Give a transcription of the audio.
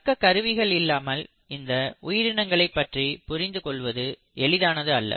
தக்க கருவிகள் இல்லாமல் இந்த உயிரினங்களை பற்றி புரிந்து கொள்வது எளிதானது அல்ல